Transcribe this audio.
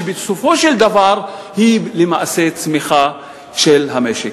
שבסופו של דבר היא למעשה צמיחה של המשק.